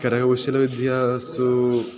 करकौशलविद्यासु